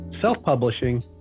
self-publishing